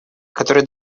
которая